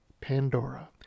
Pandora